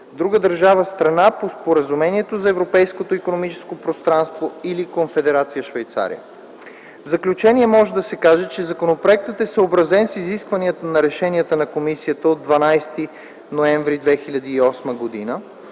друга държава – страна по Споразумението за Европейското икономическо пространство, или в Конфедерация Швейцария”. В заключение може да се каже, че законопроектът е съобразен с изискванията на Решение на Комисията от 12.11.2008 г.